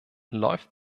läuft